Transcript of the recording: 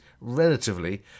relatively